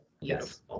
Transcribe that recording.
yes